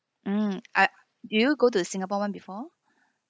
mm I do you go to singapore [one] before